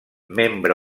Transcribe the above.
membre